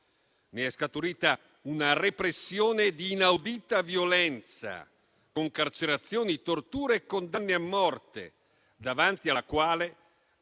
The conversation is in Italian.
Ne è scaturita una repressione di inaudita violenza, con carcerazioni, torture e condanne a morte, davanti alla quale